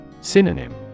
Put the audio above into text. Synonym